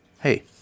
Hey